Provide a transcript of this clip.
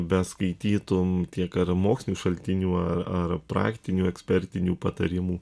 beskaitytum tiek ar mokslinių šaltinių ar ar praktinių ekspertinių patarimų